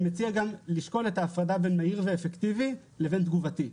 אני מציע גם לשקול את ההפרדה בין מהיר ואפקטיבי לבין תגובתי.